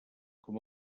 com